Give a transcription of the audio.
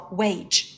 wage